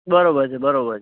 બરાબર છે બરાબર છે